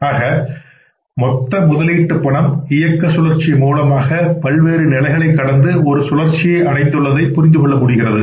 ஆகவே மொத்த முதலீட்டுப்பணம் இயக்கச்சுழற்சிமூலமாக பல்வேறு நிலைகளை கடந்து ஒரு சுழற்சியை அடைந்துள்ளதை புரிந்துகொள்ள முடிகிறது